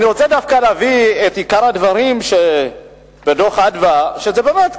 אני רוצה להביא את עיקר הדברים בדוח "מרכז אדוה" ובאמת,